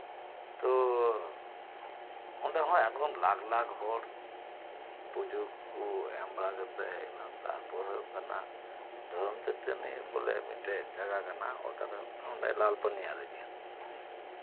ᱛᱚ ᱚᱸᱰᱮ ᱦᱚᱸ ᱮᱢᱚᱱ ᱞᱟᱠᱷ ᱞᱟᱠᱷ ᱦᱚᱲ ᱯᱩᱡᱟᱹ ᱠᱚ ᱮᱢ ᱵᱟᱲᱟ ᱠᱟᱛᱮᱜ ᱦᱩᱭ ᱱᱟ ᱛᱟᱨᱯᱚᱨᱮ ᱦᱩᱭᱩᱜ ᱠᱟᱱᱟ ᱫᱷᱚᱨᱚᱢ ᱪᱟᱹᱴᱟᱹᱱᱤ ᱢᱤᱫᱴᱟᱝ ᱡᱟᱭᱜᱟ ᱠᱟᱱᱟ ᱚᱸᱰᱮ ᱞᱟᱞ ᱯᱟᱹᱱᱭᱟᱹ ᱨᱮᱜᱮ